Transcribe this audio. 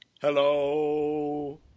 Hello